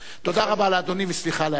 תודה רבה לאדוני, וסליחה על ההערה.